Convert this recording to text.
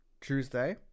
Tuesday